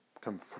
come